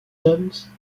jones